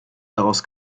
daraus